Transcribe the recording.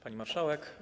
Pani Marszałek!